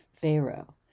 Pharaoh